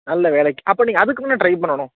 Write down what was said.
நல்ல வேலைக்கு அப்போது நீங்கள் அதுக்கும்ல ட்ரை பண்ணனும்